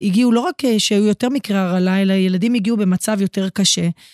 הגיעו לא רק שהיו יותר מקרי הרעלה אלא הילדים הגיעו במצב יותר קשה.